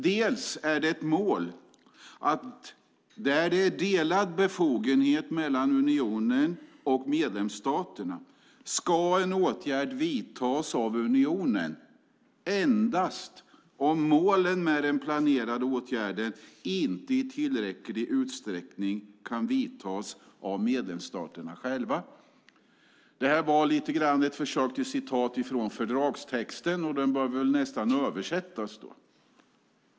Dels är det ett mål att där det finns delad befogenhet mellan unionen och medlemsstaterna ska en åtgärd vidtas av unionen endast om målen med den planerade åtgärden inte i tillräcklig utsträckning kan vidtas av medlemsstaterna själva. Detta var närmast ett förslag till citat ur fördragstexten, och den behöver väl översättas.